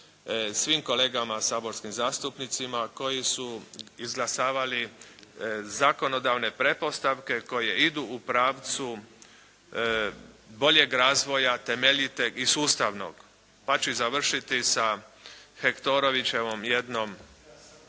svim kolegama saborskim zastupnicima koji su izglasavali zakonodavne pretpostavke koje idu u pravcu boljeg razvoja, temeljitog i sustavnog, pa ću i završiti sa Hektorovićevom jednom